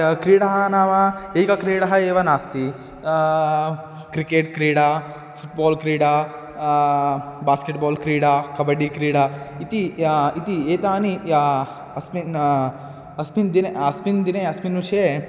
क्रीडाः नाम एकक्रीडा एव नास्ति क्रिकेट् क्रीडा फ़ुट्बाल् क्रीडा बास्केट्बाल् क्रीडा कबड्डि क्रीडा इति इति एताः अस्मिन् अस्मिन् दिने अस्मिन् दिने अस्मिन् विषये